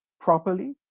properly